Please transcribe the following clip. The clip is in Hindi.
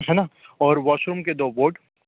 है ना और वॉशरूम के दो बोर्ड